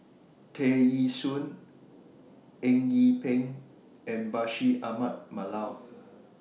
Tear Ee Soon Eng Yee Peng and Bashir Ahmad Mallal